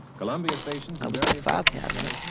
columbia stations. i was at the file cabinet